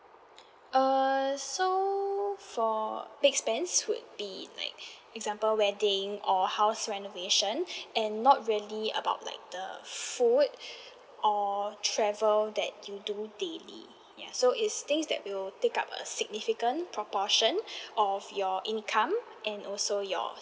err so for big spends would be like example wedding or house renovation and not really about like the food or travel that you do daily ya so it's things that will take up a significant proportion of your income and also your